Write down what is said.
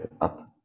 up